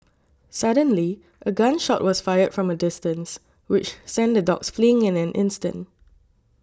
suddenly a gun shot was fired from a distance which sent the dogs fleeing in an instant